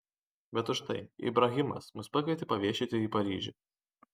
bet užtai ibrahimas mus pakvietė paviešėti į paryžių